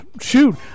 Shoot